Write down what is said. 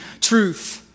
truth